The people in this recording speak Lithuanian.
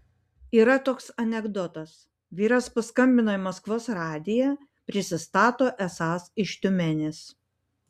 yra toks anekdotas vyras paskambina į maskvos radiją prisistato esąs iš tiumenės